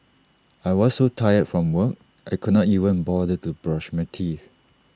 I was so tired from work I could not even bother to brush my teeth